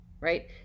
Right